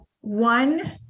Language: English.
one